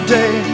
day